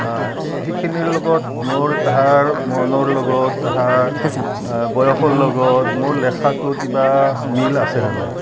আ সেইখিনিৰ লগত মোৰ তাহাৰ মনৰ লগত তাহাৰ আ বয়সৰ লগত মোৰ লেখাটোৰ কিবা মিল আছেনে নাই